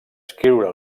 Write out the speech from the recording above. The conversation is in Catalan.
escriure